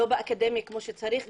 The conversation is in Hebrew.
לא באקדמיה כמו שצריך,